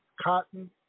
Cotton